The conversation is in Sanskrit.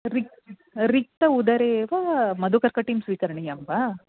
रिक्ते रिक्ते उदरे एव मदुकर्कटीं स्वीकरणीयं वा